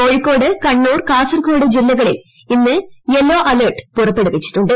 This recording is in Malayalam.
കോഴിക്കോട് കണ്ണൂർ കാസർകോഡ് ജില്ലകളിൽ ഇന്ന് യെല്ലോ അലർട്ട് പുറപ്പെടുവിച്ചിട്ടുണ്ട്